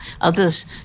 Others